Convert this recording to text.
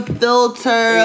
filter